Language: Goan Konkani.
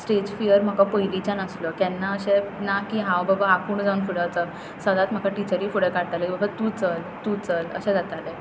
स्टेज फियर म्हाका पयलींच्यान आसलो केन्ना अशें ना की हांव बाबा आपूण जावन फुडें वचप सदांच म्हाका टिचरी फुडें काडटाले बाबा तूं चल तूं चल अशें जातालें